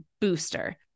booster